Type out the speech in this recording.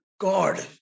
god